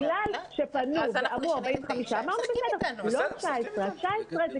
בגלל שפנו ואמרו 45 תלמידים, אמרנו לא 19. אנחנו